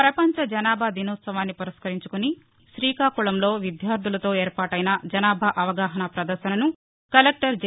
ప్రపంచ జనాభా దినోత్సవాన్ని పురస్కరించుకుని శ్రీకాకుళంలో విద్యార్థులతో ఏర్పాటైన జనాభా అవగాహనా ప్రదర్భనను కలెక్టర్ జె